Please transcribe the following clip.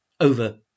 over